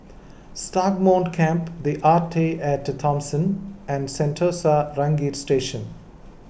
Stagmont Camp the Arte at Thomson and Sentosa Ranger Station